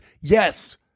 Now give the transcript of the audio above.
yes